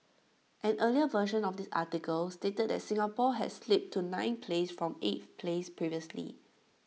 an earlier version of this article stated that Singapore had slipped to ninth place from eighth place previously